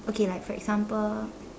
okay like for example